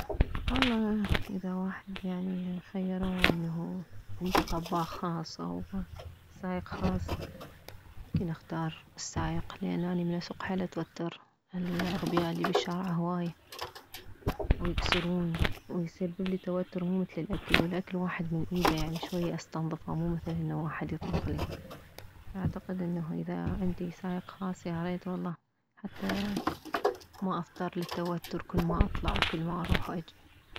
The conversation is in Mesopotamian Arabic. والله اذا واحد يعني خيروه انه عنده طباخ خاص او سايق خاص يمكن اختار سايق لان اني من اسوق حيل اتوتر الاغبياء اللي بالشارع هواي ويكسرون ويسببلي توتر مو مثل الاكل والاكل واحد من ايده شوية استنظفه مو مثل انه واحد يطبخلي فاعتقد انه اذا عندي سايق خاص ياريت والله حتى ما اضطر للتوتر كلما اطلع وكلما اروح واجي